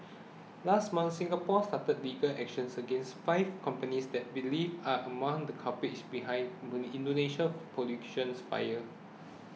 last month Singapore started legal action against five companies that believes are among the culprits behind Indonesia's pollutions fires